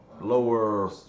lower